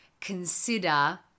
consider